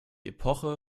epoche